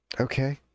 Okay